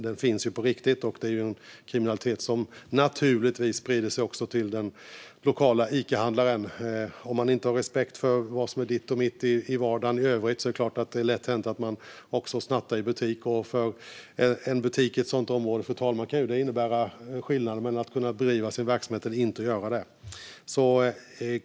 Den finns på riktigt, och det är en kriminalitet som naturligtvis sprider sig också till den lokala Icahandlaren. Om man inte har respekt för vad som är ditt och mitt i vardagen i övrigt är det såklart lätt hänt att man också snattar i butik. För en butik i ett sådant område, fru talman, kan det innebära skillnaden mellan att kunna bedriva sin verksamhet och att inte kunna göra det.